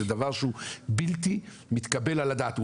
זה דבר שהוא בלתי מתקבל על הדעת.